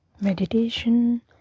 meditation